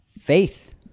Faith